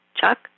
Chuck